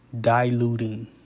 diluting